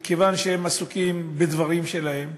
מכיוון שהם עסוקים בדברים שלהם.